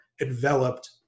enveloped